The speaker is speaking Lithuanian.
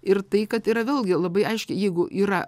ir tai kad yra vėlgi labai aiški jeigu yra